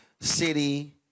city